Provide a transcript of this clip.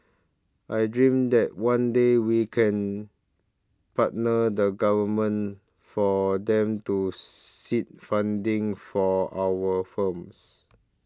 I dream that one day we can partner the Government for them to seed funding for our farms